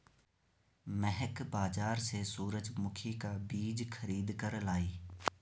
महक बाजार से सूरजमुखी का बीज खरीद कर लाई